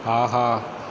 ஆஹா